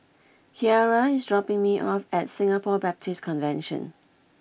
Kyara is dropping me off at Singapore Baptist Convention